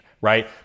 right